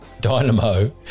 dynamo